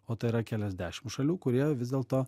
o tai yra keliasdešim šalių kurie vis dėlto